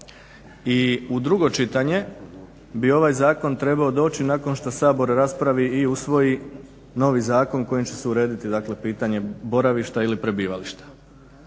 I u drugo čitanje bi ovaj zakon trebao doći nakon što Sabor raspravi i usvoji novi zakon kojim će se urediti pitanje boravišta ili prebivališta.